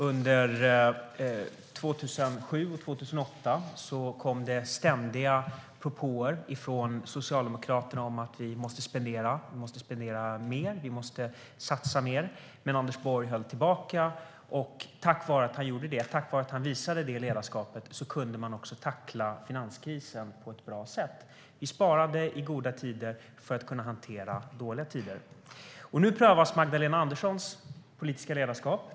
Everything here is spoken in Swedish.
Under 2007-2008 kom det ständiga propåer från Socialdemokraterna om att regeringen måste spendera och satsa mer, men Anders Borg höll tillbaka. Tack vare att han visade det ledarskapet kunde regeringen tackla finanskrisen på ett bra sätt. Vi sparade i goda tider för att kunna hantera dåliga tider. Nu prövas Magdalena Anderssons politiska ledarskap.